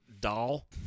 doll